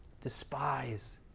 despise